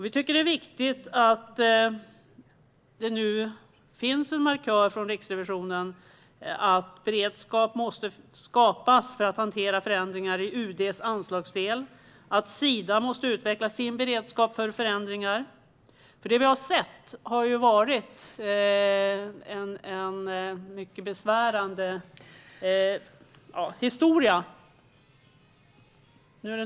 Vi tycker att det är viktigt att Riksrevisionen nu har markerat att beredskap måste skapas för att hantera förändringar i UD:s anslagsdel och att Sida måste utveckla sin beredskap för förändringar. Vi har sett en mycket besvärande historia.